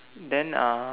then uh